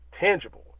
Tangible